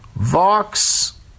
Vox